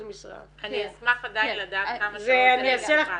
משרה -- אני אשמח עדיין לדעת כמה שעות זה לאחד.